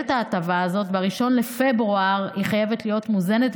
את ההטבה הזאת ב-1 בפברואר היא חייבת להיות מוזנת,